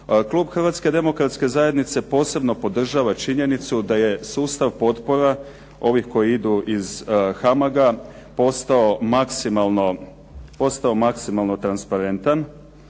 Klub Hrvatska demokratske zajednice posebno podržava činjenicu da je sustav potpora ovih koji idu iz HAMAG-a postao maksimalno transparentan,